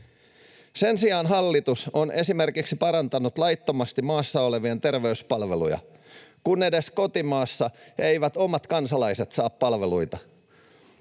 Sen sijaan hallitus on esimerkiksi parantanut laittomasti maassa olevien terveyspalveluja, kun edes kotimaassa eivät omat kansalaiset saa palveluita.